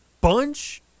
bunch